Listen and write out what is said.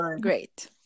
Great